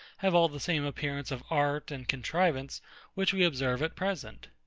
have all the same appearance of art and contrivance which we observe at present.